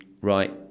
right